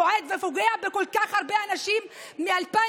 בועט ופוגע בכל כך הרבה אנשים מ-2017.